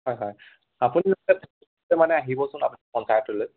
হয় হয় আপুনি মানে আহিবচোন আপুনি পঞ্চায়তলৈ